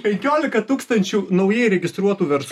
penkiolika tūkstančių naujai įregistruotų vers